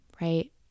right